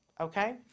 okay